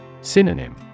Synonym